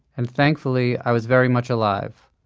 and thankfully i was very much alive.